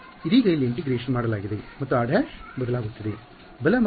ಇದೀಗ ಇಲ್ಲಿ ಇಂಟಿಗ್ರೇಶನ್ ಮಾಡಲಾಗಿದೆ ಮತ್ತು r′ ಬದಲಾಗುತ್ತಿದೆ